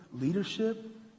leadership